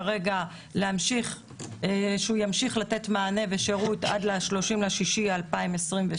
כרגע ימשיך לתת מענה ושירות עד ל-30 ביוני 2022,